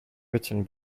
written